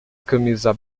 camisa